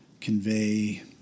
convey